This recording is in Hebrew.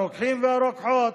הרוקחים והרוקחות,